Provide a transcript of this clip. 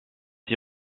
six